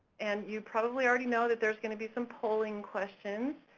and you probably already know that there's gonna be some polling questions.